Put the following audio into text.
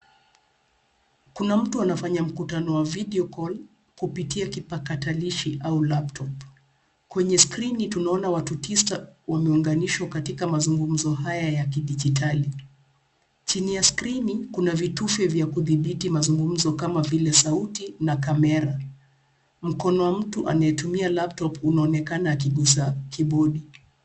Kuna mtu anafanya mkutano wa video call kupitia kipakatalishi au laptop . Kwenye skrini tunaona watu tisa wameunganishwa katika mazungumzo haya ya kidijitali. Chini ya skrini kuna vitufe vya kuthibiti mazungumzo kama vile sauti na kamera. Mkono wa mtu anayetumia laptop unaonekana akigusa kibodi.